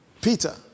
Peter